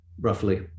roughly